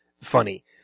funny